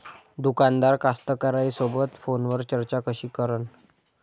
दुकानदार कास्तकाराइसोबत फोनवर चर्चा कशी करन?